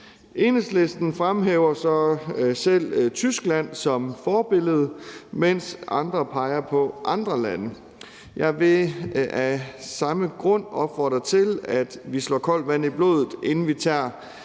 Enhedslisten fremhæver så selv Tyskland som forbillede, mens andre peger på andre lande. Jeg vil af samme grund opfordre til, at vi slår koldt vand i blodet, inden vi tager